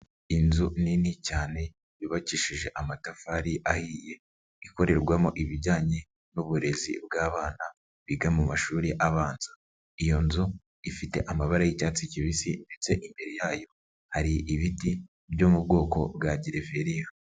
Inzu nini cyane, yubakishije amatafari ahiye, ikorerwamo ibijyanye n'uburezi bw'abana biga mu mashuri abanza, iyo nzu ifite amabara y'icyatsi kibisi ndetse imbere yayo, hari ibiti byo mu bwoko bwa Gereveyo.